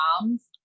moms